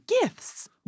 gifts